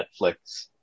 Netflix